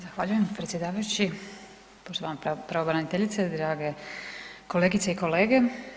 Zahvaljujem predsjedavajući, poštovana pravobraniteljice, drage kolegice i kolege.